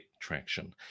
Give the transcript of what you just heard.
traction